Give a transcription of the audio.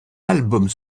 albums